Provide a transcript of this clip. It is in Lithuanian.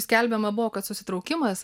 skelbiama buvo kad susitraukimas